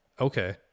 Okay